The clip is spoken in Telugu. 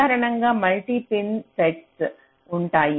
సాధారణంగా మల్టీ పిన్ నెట్స్ ఉంటాయి